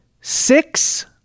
six